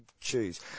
choose